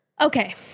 Okay